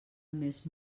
més